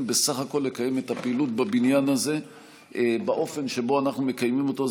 בסך הכול לקיים את הפעילות בבניין הזה באופן שבו אנחנו מקיימים אותה.